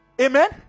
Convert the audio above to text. Amen